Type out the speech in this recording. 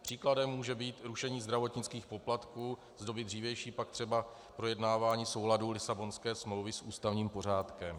Příkladem může být rušení zdravotnických poplatků, z doby dřívější pak třeba projednávání souladu Lisabonské smlouvy s ústavním pořádkem.